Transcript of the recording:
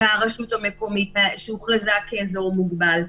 ברשות המקומית שהוכרזה כאזור מוגבל.